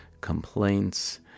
complaints